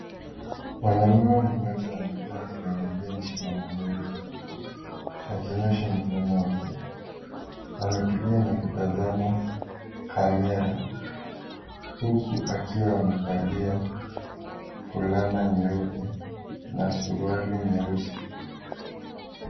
Mwanaume mmoja amekaa kwenye benchi la mazoezi akionyesha mkono wake ametulia na kutazama kamera huku akiwa amekalia fulana nyeupe na suruali nyeusi.